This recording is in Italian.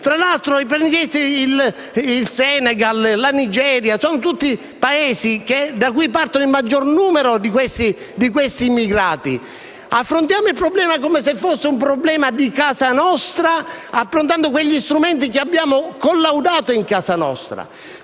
Tra l'altro, il Senegal e la Nigeria sono i Paesi da cui partono il maggior numero di immigrati. Affrontiamo il problema come se fosse di casa nostra, approntando gli strumenti che abbiamo collaudato in casa nostra.